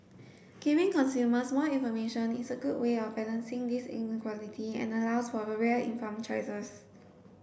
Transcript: giving consumers more information is a good way of balancing this inequality and allows for real informed choices